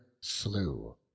slew